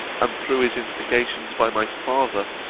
and, through his instigations, by my father,